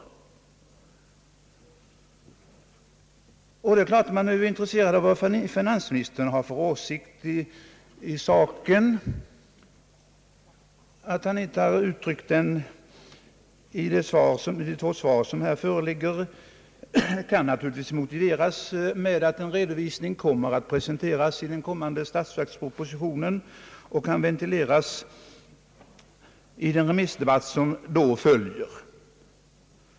Det är klart att man är intresserad av vad finansministern har för åsikt i saken. Att han inte har uttryckt den i de två svar, som föreligger här, kan naturligtvis motiveras med att en redovisning kommer att presenteras i statsverkspropositionen och kan ventileras i den remissdebatt som då följer.